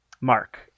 mark